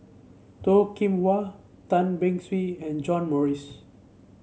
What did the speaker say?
Toh Kim Hwa Tan Beng Swee and John Morrice